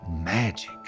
Magic